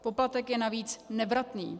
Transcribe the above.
Poplatek je navíc nevratný.